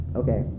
okay